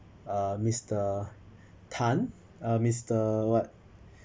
uh mister tan uh mister what